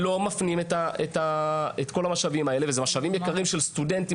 לא מפנים את המשאבים האלה ואלה משאבים יקרים של סטודנטים